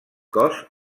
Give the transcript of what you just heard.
cos